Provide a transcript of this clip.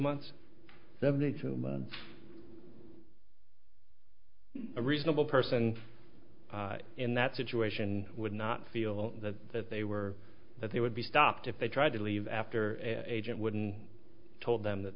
months seventy two months a reasonable person in that situation would not feel that they were that they would be stopped if they tried to leave after agent wouldn't told them that